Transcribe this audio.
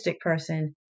person